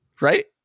Right